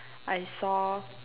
I saw